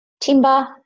timber